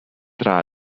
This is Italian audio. tra